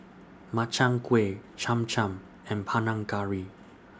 Makchang Gui Cham Cham and Panang Curry